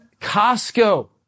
Costco